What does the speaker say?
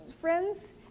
friends